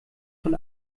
von